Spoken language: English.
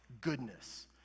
goodness